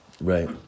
Right